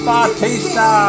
Batista